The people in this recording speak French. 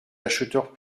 acheteurs